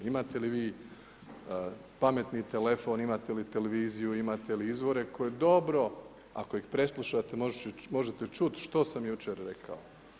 Imate li vi pametni telefon, imate li televiziju, imate li izvore koje dobro, ako ih preslušate možete čuti što sam jučer rekao.